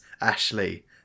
Ashley